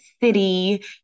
city